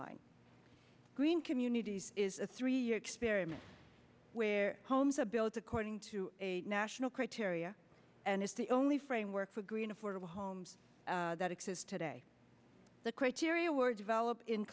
line green communities is a three year experiment where homes are built according to a national criteria and is the only framework for green affordable homes texas today the criteria were developed in